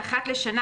אחת לשנה,